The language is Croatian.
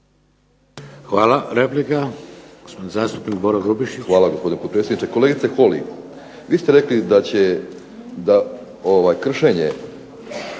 Hvala.